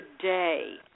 today